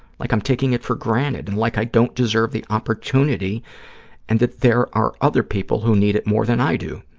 like i'm taking it for granted and like i don't deserve the opportunity and that there are other people who need it more than i do.